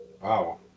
Wow